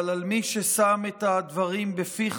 אבל על מי ששם את הדברים בפיך,